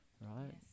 right